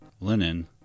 Linen